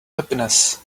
happiness